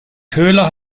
köhler